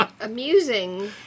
Amusing